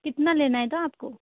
कितना लेना हैगा आप को